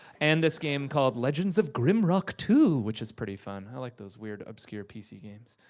and this game called, legends of grimrock two, which is pretty fun. i like those weird obscure pc games.